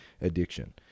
addiction